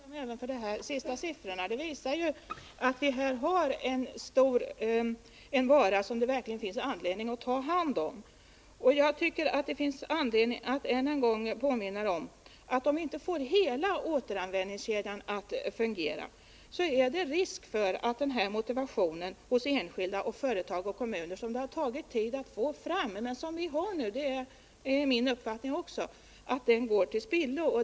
Herr talman! Jag är tacksam för de senaste siffrorna som ju visar att det här är fråga om en produkt som det verkligen finns anledning att ta vara på. Enligt min mening är det angeläget att än en gång påminna om att, om vi inte får hela återanvändningskedjan att fungera, det är risk för att motivationen hos enskilda, företag och kommuner — en motivation som verkligen finns, men som det har tagit tid att skapa — går till spillo.